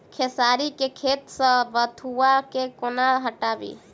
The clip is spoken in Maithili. खेसारी केँ खेत सऽ बथुआ केँ कोना हटाबी